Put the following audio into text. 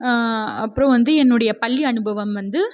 அப்புறம் வந்து என்னுடைய பள்ளி அனுபவம் வந்து